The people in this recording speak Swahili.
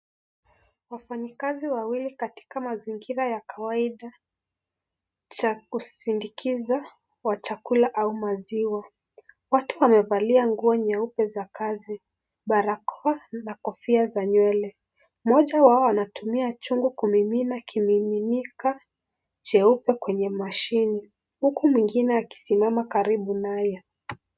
Wafanyikazi wawili katika mazingira ya kawaida cha kusindikiza kwa chakula au maziwa. Watu wamevalia nguo nyeupe za kazi, barakoa na kofia za nywele. Mmoja wao anatumia chombo kumiminika jeupe kwenye mashini huku mwingine akisimama karibu naye.